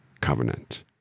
covenant